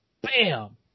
Bam